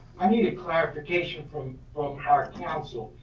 i needed clarification from our counsel.